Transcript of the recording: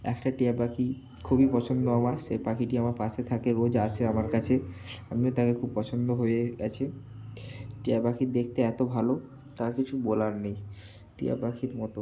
একটা টিয়া পাখি খুবই পছন্দ আমার সে পাখিটি আমার পাশে থাকে রোজ আসে আমার কাছে আমিও তাকে খুব পছন্দ হয়ে গিয়েছি টিয়া পাখি দেখতে এত ভালো তা কিছু বলার নেই টিয়া পাখির মতো